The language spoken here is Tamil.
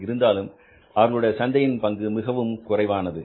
இருந்தாலும் அவர்களுடைய சந்தையின் பங்கு மிக குறைவானது